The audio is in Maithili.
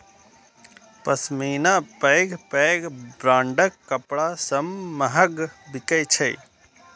पश्मीना पैघ पैघ ब्रांडक कपड़ा सं महग बिकै छै